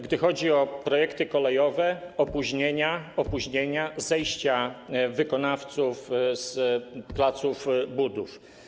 Gdy chodzi o projekty kolejowe - opóźnienia, opóźnienia, zejścia wykonawców z placów budów.